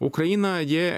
ukrainą jie